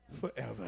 forever